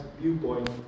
viewpoint